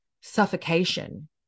suffocation